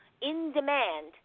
in-demand